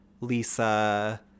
Lisa –